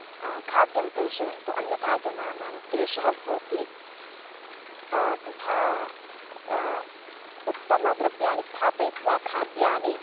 खाद्यं प्रेषयन्तु अन्यथा जनानां क्लेशः भवति तथा उत्तमद्रव्याणि स्थापयित्वा खाद्यानि